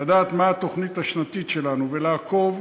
לדעת מה התוכנית השנתית שלנו ולעקוב,